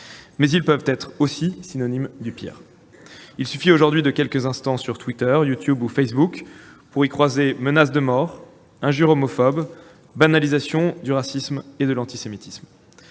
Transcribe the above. mais ils peuvent aussi être synonymes du pire. Il suffit de passer quelques instants sur Twitter, YouTube ou Facebook pour y croiser menaces de mort, injures homophobes, banalisation du racisme et de l'antisémitisme.